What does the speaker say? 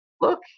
look